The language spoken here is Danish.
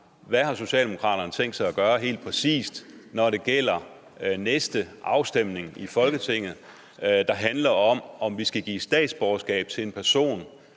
Hvad har Socialdemokratiet tænkt sig helt præcis at gøre, når det gælder den næste afstemning i Folketinget, der handler om, om vi skal give statsborgerskab til en person,